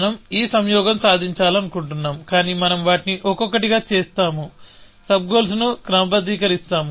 మనం ఈ సంయోగం సాధించాలనుకుంటున్నాము కాని మనం వాటిని ఒక్కొక్కటిగా చేస్తాము సబ్ గోల్స్ ను క్రమబద్ధీకరిస్తాము